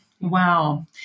Wow